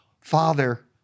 Father